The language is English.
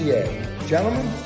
Gentlemen